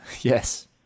Yes